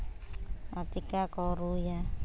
ᱟᱨ ᱪᱤᱠᱟᱹ ᱠᱚ ᱨᱩᱭᱟ